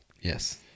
yes